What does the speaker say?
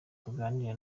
tuganire